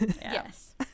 Yes